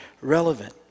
relevant